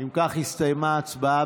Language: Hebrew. אם כך, הסתיימה ההצבעה.